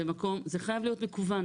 זה חייב להיות מקוון.